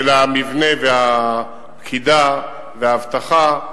של המבנה והפקידה והאבטחה,